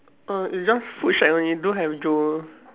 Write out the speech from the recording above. err it's just food shack only don't have Joe